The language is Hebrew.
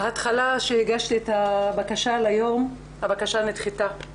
בהתחלה כשהגשתי את הבקשה ליום הבקשה נדחתה,